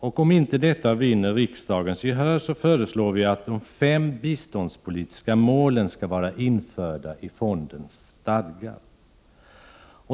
Om inte detta vinner riksdagens gehör, föreslår vi att de fem biståndspolitiska målen skall vara införda i fondens stadgar.